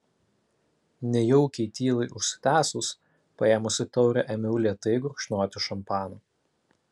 nejaukiai tylai užsitęsus paėmusi taurę ėmiau lėtai gurkšnoti šampaną